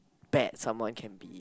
bad someone can be